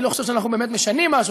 אני לא חושב שאנחנו באמת משנים משהו,